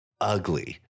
ugly